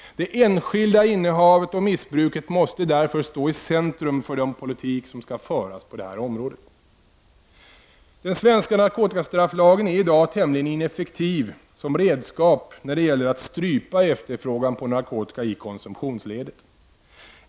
Det enskilda innehavet och missbruket måste därför stå i centrum för den politik som skall föras på det här området. Den svenska narkotikastrafflagen är i dag tämligen ineffektiv som redskap när det gäller att strypa efterfrågan på narkotika i konsumtionsledet.